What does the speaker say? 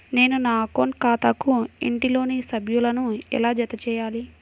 నేను నా అకౌంట్ ఖాతాకు ఇంట్లోని సభ్యులను ఎలా జతచేయాలి?